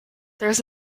there